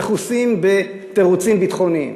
בדרך כלל הם מכוסים בתירוצים ביטחוניים.